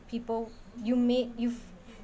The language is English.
people you made you